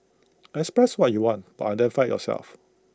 express what you want but identify yourself